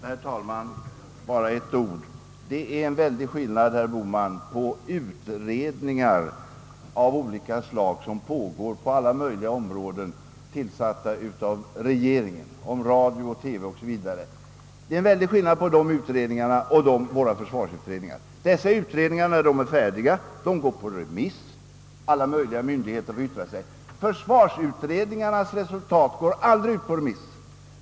Herr talman! Bara ett par ord. Det är en väldig skillnad, herr Bohman, mellan utredningar av olika slag som företas på alla möjliga områden — utredningar igångsatta av regeringen om t.ex. radio och TV — och våra för svarsutredningar. Dessa förstnämnda utredningar går, när de är färdiga, ut på remiss till olika myndigheter, som får yttra sig. Försvarsutredningarnas resultat däremot sändes aldrig ut på remiss.